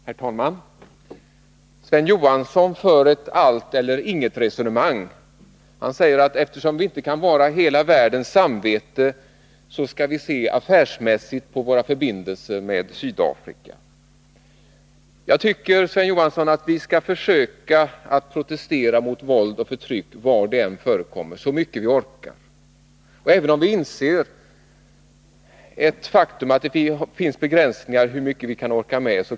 Herr talman! Sven Johansson för ett allt-eller-inget-resonemang. Han säger att eftersom vi inte kan vara hela världens samvete skall vi se affärsmässigt på våra förbindelser med Sydafrika. Jag tycker, Sven Johansson, att vi skall försöka att protestera mot våld och förtryck så mycket vi orkar var detta än förekommer.